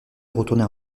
retourner